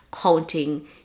counting